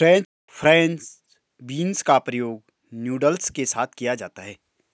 French beans का प्रयोग noodles के साथ किया जाता है